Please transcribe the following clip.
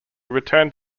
returned